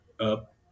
up